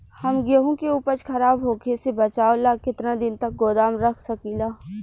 हम गेहूं के उपज खराब होखे से बचाव ला केतना दिन तक गोदाम रख सकी ला?